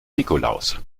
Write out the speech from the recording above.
nikolaus